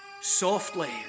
softly